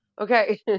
Okay